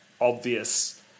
obvious